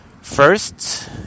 First